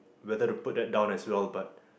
whether to put that down as well but